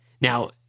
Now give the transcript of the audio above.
now